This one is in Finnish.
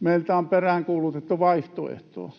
meiltä on peräänkuulutettu vaihtoehtoa.